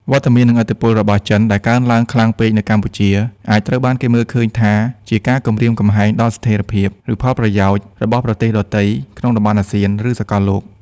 វត្តមាន និងឥទ្ធិពលរបស់ចិនដែលកើនឡើងខ្លាំងពេកនៅកម្ពុជា អាចត្រូវបានគេមើលឃើញថាជាការគំរាមកំហែងដល់ស្ថិរភាព ឬផលប្រយោជន៍របស់ប្រទេសដទៃក្នុងតំបន់អាស៊ាន ឬសកលលោក។